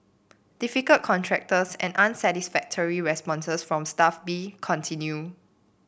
difficult contractors and unsatisfactory responses from Staff B continued